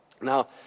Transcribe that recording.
Now